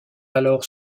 alors